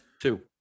Two